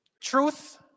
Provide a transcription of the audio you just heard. truth